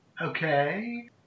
Okay